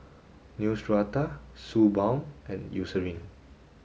Neostrata Suu balm and Eucerin